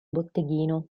botteghino